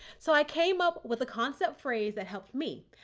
so i came up with a concept phrase that helped me.